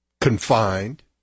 confined